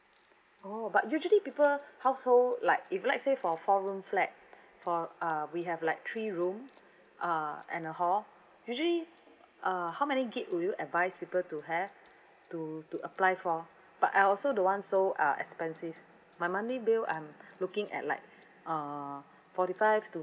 oh but usually people household like if let's say for four room flat for uh we have like three room uh and a hall usually uh how many gig would you advise people to have to to apply for but I also don't want so uh expensive my monthly bill I'm looking at like uh forty five to